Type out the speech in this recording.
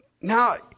Now